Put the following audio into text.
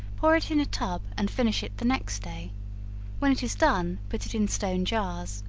pour it in a tub, and finish it the next day when it is done put it in stone jars.